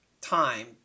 time